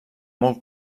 molt